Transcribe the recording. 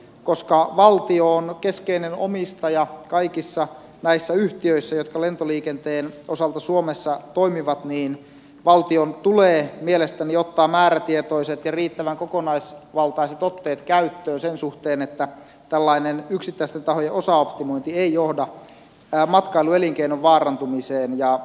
koska valtio on keskeinen omistaja kaikissa näissä yhtiöissä jotka lentoliikenteen osalta suomessa toimivat niin valtion tulee mielestäni ottaa määrätietoiset ja riittävän kokonaisvaltaiset otteet käyttöön sen suhteen että tällainen yksittäisten tahojen osaoptimointi ei johda matkailuelinkeinon vaarantumiseen